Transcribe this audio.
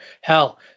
hell